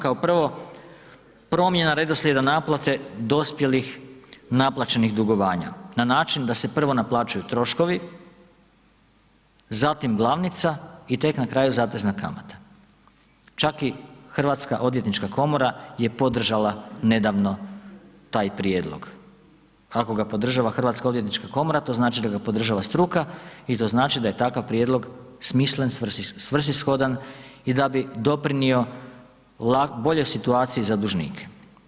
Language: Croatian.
Kao prvo, promjena redoslijeda naplate dospjelih naplaćenih dugovanja na način da se prvo naplaćuju troškovi, zatim glavnica i tek na kraju zatezna kamata, čak i Hrvatska odvjetnička komora je podržala nedavno taj prijedlog, ako ga podržava Hrvatska odvjetnička komora to znači da ga podržava struka i to znači da je takav prijedlog smislen, svrsishodan i da bi doprinio boljoj situaciji za dužnike.